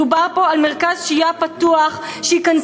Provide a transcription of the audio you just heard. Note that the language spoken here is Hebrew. מדובר פה על מרכז שהייה פתוח שייכנסו